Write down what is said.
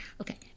Okay